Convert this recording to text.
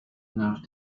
nach